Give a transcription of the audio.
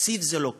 תקציב זה לא כסף,